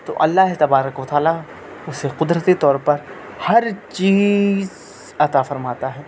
تو اللہ تبارک و تعالیٰ اسے قدرتی طور پر ہر چیز عطا فرماتا ہے